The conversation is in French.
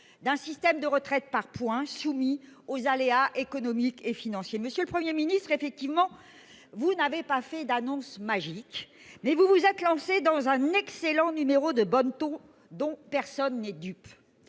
d'un système de retraite par points soumis aux aléas économiques et financiers. Monsieur le Premier ministre, vous n'avez effectivement pas fait d'« annonces magiques ». En revanche, vous vous êtes lancé dans un excellent numéro de bonneteau dont personne n'est dupe